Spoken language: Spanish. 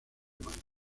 madrid